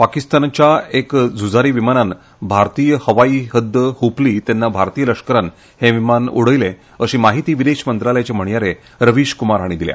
पाकीस्तानाच्या एक झुंजारी विमानान भारतीय हवाई हद्द हंपली तेन्ना भारतीय लष्करान हे विमान उडयले अशी माहिती विदेश मंत्रालयाचे म्हणयारे रवीश क्मार हांणी दिली